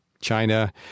China